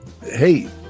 Hey